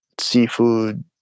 seafood